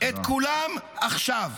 את כולם, עכשיו.